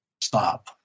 stop